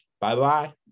Bye-bye